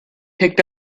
picked